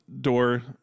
door